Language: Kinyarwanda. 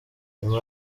nyuma